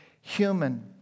human